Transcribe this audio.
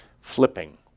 flipping